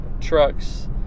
trucks